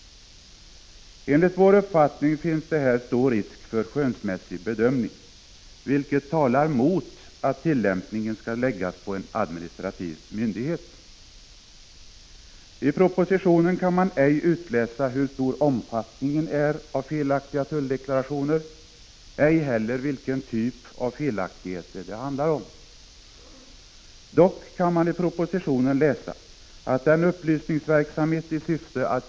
Enligt vår uppfattning finns det här stor risk för skönsmässig bedömning, vilket talar mot att tillämpningen skall läggas på en administrativ myndighet. I propositionen kan man ej utläsa hur stor omfattningen är av felaktiga tulldeklarationer, ej heller vilken typ av felaktigheter det handlar om. Dock kan man i propositionen läsa att den upplysningsverksamhet i syfte — Prot.